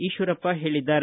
ಈಶ್ವರಪ್ಪ ಹೇಳಿದ್ದಾರೆ